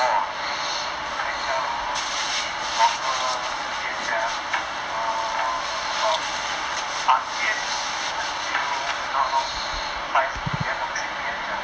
orh eh 在家 hor longer 时间 sia err about 八点 until if I'm not wrong five P_M or three P_M sia